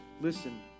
listen